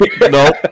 no